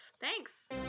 Thanks